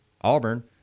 Auburn